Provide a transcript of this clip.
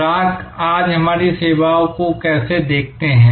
ग्राहक आज हमारी सेवाओं को कैसे देखते हैं